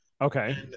okay